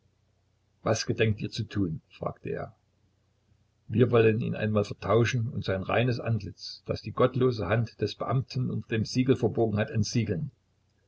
was gedenkt ihr zu tun fragte er wir wollen ihn einmal vertauschen und sein reines antlitz das die gottlose hand des beamten unter dem siegel verborgen hat entsiegeln